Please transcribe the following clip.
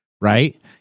right